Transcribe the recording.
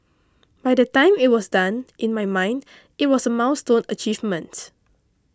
by the time it was done in my mind it was a milestone achievement